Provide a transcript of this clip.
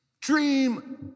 Dream